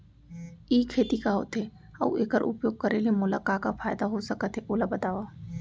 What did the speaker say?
ई खेती का होथे, अऊ एखर उपयोग करे ले मोला का का फायदा हो सकत हे ओला बतावव?